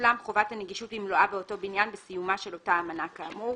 תושלם חובת הנגישות במלואה באותו בניין בסיומה של אותה המנה כאמור,